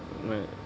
like